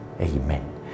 Amen